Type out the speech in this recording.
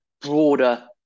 broader